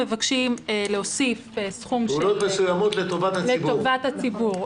פעולות מסוימות לטובת הציבור.